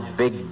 big